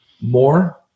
more